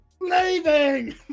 leaving